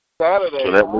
Saturday